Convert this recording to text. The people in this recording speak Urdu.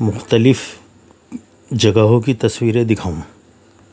مختلف جگہوں کی تصویریں دکھاؤں